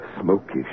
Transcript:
smoky